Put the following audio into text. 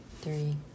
three